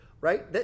Right